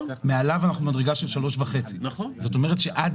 מעליו המדרגה היא של 3.5. זאת אומרת שעד